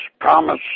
promise